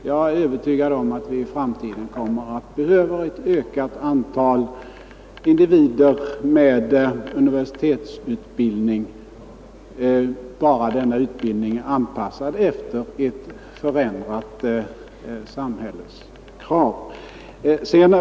Jag är övertygad om att vi i framtiden kommer att behöva ett ökat antal individer med universitetsutbildning, under förutsättning att den utbildningen är anpassad efter ett förändrat samhälles krav.